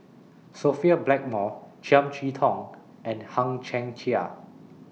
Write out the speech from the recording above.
Sophia Blackmore Chiam See Tong and Hang Chang Chieh